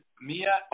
Mia